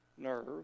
nerve